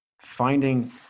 finding